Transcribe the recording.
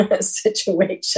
situation